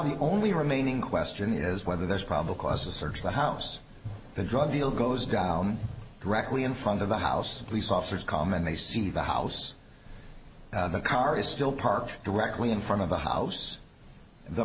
the only remaining question is whether there's probable cause to search the house the drug deal goes down directly in front of the house police officers come and they see the house the car is still park directly in front of the house the